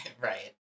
Right